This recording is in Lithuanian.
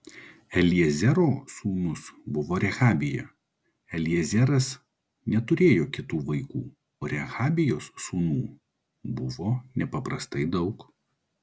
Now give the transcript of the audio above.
eliezero sūnus buvo rehabija eliezeras neturėjo kitų vaikų o rehabijos sūnų buvo nepaprastai daug